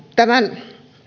tämän